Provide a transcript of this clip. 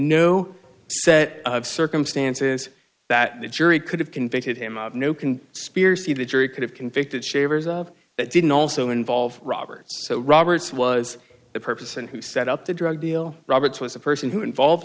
no set of circumstances that the jury could have convicted him of no can spears see the jury could have convicted shavers of it didn't also involve robert roberts was the purpose and who set up the drug deal roberts was a person who involved